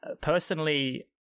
personally